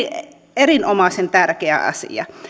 erinomaisen tärkeä asia